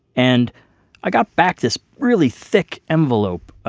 and i got back this really thick envelope.